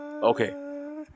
Okay